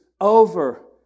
over